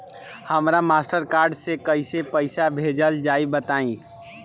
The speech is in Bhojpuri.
हमरा मास्टर कार्ड से कइसे पईसा भेजल जाई बताई?